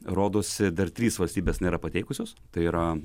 rodosi dar trys valstybės nėra pateikusios tai yra